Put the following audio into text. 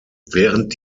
während